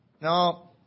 No